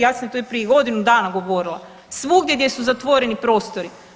Ja sam to i prije godinu dana govorila, svugdje gdje su zatvoreni prostori.